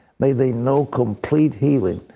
may they know complete healing.